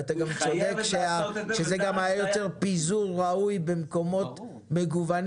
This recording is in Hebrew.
ואתה גם צודק שזה היה יוצר פיזור ראוי יותר במקומות מגוונים